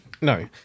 No